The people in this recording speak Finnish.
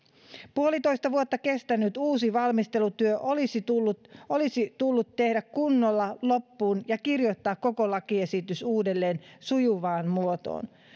puolitoista vuotta kestänyt uusi valmistelutyö olisi tullut olisi tullut tehdä kunnolla loppuun ja kirjoittaa koko lakiesitys uudelleen sujuvaan muotoon